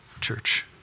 church